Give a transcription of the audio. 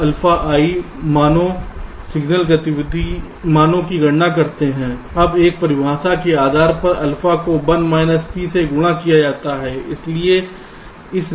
अब हम alpha i मानों सिग्नल गतिविधि मानों की गणना करते हैं अब एक परिभाषा के आधार पर अल्फा को 1 माइनस P से गुणा किया जाता है